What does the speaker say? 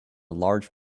large